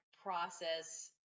Process